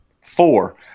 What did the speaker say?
Four